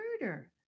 murder